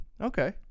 okay